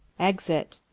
exit